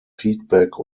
feedback